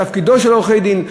תפקיד עורכי-הדין.